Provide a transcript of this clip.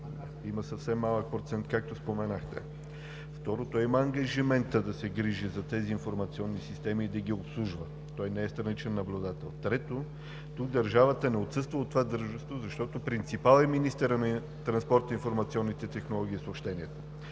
Има съвсем малък процент, както споменахте. Второ, то има ангажимента да се грижи за тези информационни системи и да ги обслужва. Той не е страничен наблюдател. Трето, държавата не отсъства от това дружество, защото принципал е министърът на транспорта, информационните технологии и съобщенията.